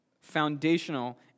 foundational